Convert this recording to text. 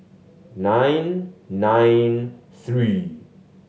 nine nine three